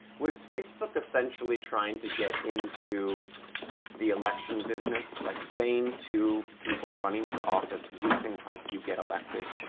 was facebook essentially trying to get into the election business, like saying to people running for office, we can help you get elected?